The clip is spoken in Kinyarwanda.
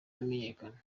amenyekana